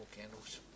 candles